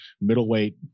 middleweight